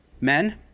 men